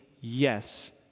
yes